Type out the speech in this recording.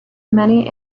many